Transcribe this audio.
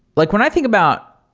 like when i think about